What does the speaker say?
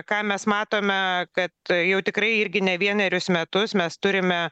ką mes matome kad jau tikrai irgi ne vienerius metus mes turime